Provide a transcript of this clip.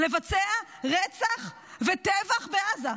לבצע רצח וטבח בעזה.